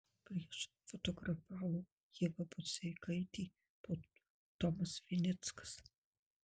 prieš fotografavo ieva budzeikaitė po tomas vinickas